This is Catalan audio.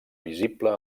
visible